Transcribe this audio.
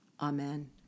Amen